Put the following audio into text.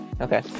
Okay